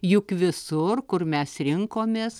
juk visur kur mes rinkomės